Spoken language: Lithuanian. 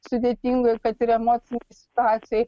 sudėtingoj ir kad ir emocinėj situacijoj